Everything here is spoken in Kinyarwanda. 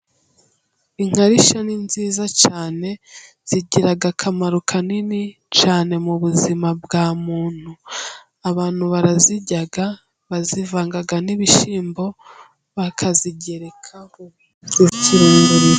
Inkarishya ni nziza cyane, zigira akamaro kanini cyane mu buzima bwa muntu. Abantu barazirya, bazivanga n'ibishyimbo bakazigerekaho. Zivura ikirungurira.